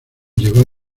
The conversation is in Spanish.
llegó